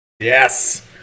Yes